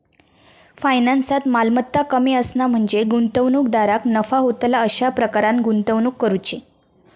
फायनान्सात, मालमत्ता कमी असणा म्हणजे गुंतवणूकदाराक नफा होतला अशा प्रकारान गुंतवणूक करुची